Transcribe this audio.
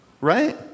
right